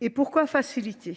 Et pourquoi faciliter ?